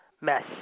mess